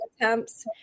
attempts